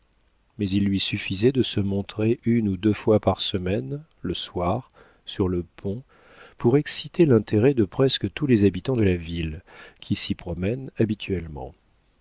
mais il lui suffisait de se montrer une ou deux fois par semaine le soir sur le pont pour exciter l'intérêt de presque tous les habitants de la ville qui s'y promènent habituellement